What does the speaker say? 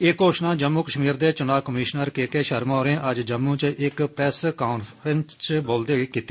एह् घोषणा जम्मू कश्मीर दे चुनां कमीशनर के केशर्मा होरें अज्ज जम्मू च इक प्रेस कांफ्रेंस च बोलदे होई कीती